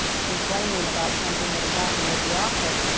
complaining about something that had happened at the office,